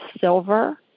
silver